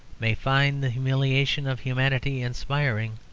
may find the humiliation of humanity inspiring.